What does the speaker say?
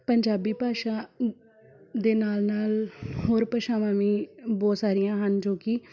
ਪੰਜਾਬੀ ਭਾਸ਼ਾ ਦੇ ਨਾਲ ਨਾਲ ਹੋਰ ਭਾਸ਼ਾਵਾਂ ਵੀ ਬਹੁਤ ਸਾਰੀਆਂ ਹਨ ਜੋ ਕਿ